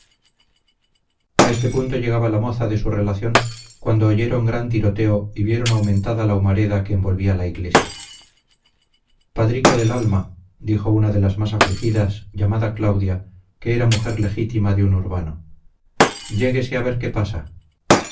a este punto llegaba la moza de su relación cuando oyeron gran tiroteo y vieron aumentada la humareda que envolvía la iglesia padrico del alma dijo una de las más afligidas llamada claudia que era mujer legítima de un urbano lléguese a ver qué pasa